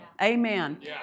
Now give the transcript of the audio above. Amen